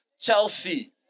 Chelsea